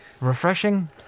Refreshing